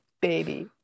baby